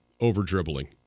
over-dribbling